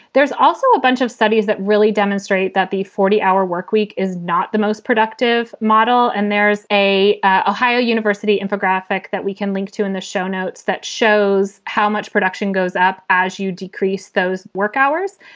there's also a bunch of studies that really demonstrate that the forty hour workweek is not the most productive model. and there's a a ohio university info graphic that we can link to in the show, notes that shows how much production goes up as you decrease those work hours.